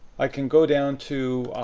i can go down to